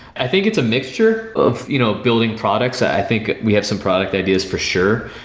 i think it's a mixture of you know building products. i think we have some product ideas for sure,